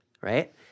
Right